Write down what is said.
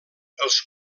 els